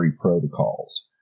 protocols